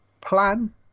plan